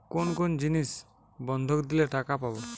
কোন কোন জিনিস বন্ধক দিলে টাকা পাব?